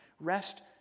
rest